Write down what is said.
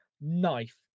knife